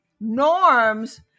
norms